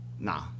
Nah